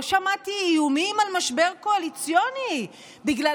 לא שמעתי איומים על משבר קואליציוני בגלל